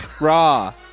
Raw